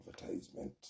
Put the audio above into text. advertisement